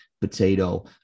potato